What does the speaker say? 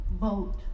vote